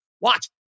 watch